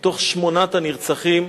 משמונת הנרצחים,